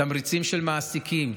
תמריצים של מעסיקים,